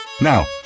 Now